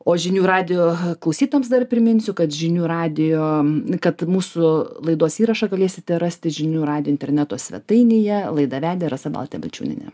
o žinių radijo klausytojams dar priminsiu kad žinių radijo kad mūsų laidos įrašą galėsite rasti žinių radijo interneto svetainėje laidą vedė rasa bautė bičiūnienė